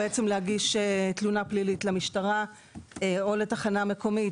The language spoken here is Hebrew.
להגיש תלונה פלילית למשטרה או לתחנה מקומית